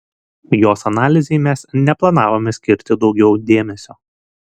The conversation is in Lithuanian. jos analizei mes neplanavome skirti daugiau dėmesio